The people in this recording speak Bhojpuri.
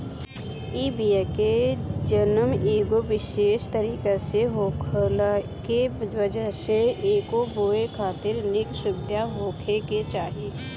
इ बिया के जनम एगो विशेष तरीका से होखला के वजह से एके बोए खातिर निक सुविधा होखे के चाही